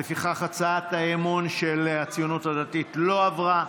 לפיכך הצעת האי-אמון של הציונות הדתית לא עברה.